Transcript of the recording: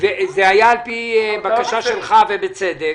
על פי הבקשה שלך ובצדק,